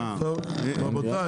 טוב רבותיי,